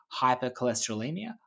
hypercholesterolemia